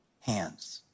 hands